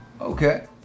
Okay